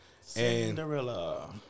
Cinderella